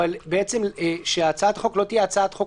אבל בעצם שהצעת החוק לא תהיה הצעת חוק